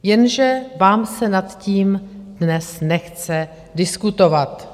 Jenže vám se nad tím dnes nechce diskutovat.